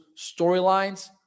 storylines